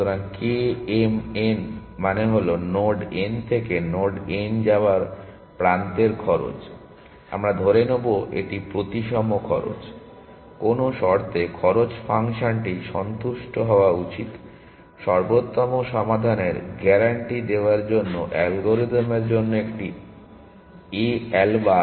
সুতরাং k m n মানে হল নোড n থেকে নোড n এ যাওয়া প্রান্তের খরচ আমরা ধরে নেব এটি প্রতিসম খরচ কোন শর্তে খরচ ফাংশনটি সন্তুষ্ট হওয়া উচিত সর্বোত্তম সমাধানের গ্যারান্টি দেওয়ার জন্য অ্যালগরিদমের জন্য একটি এ অ্যালবা